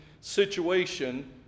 situation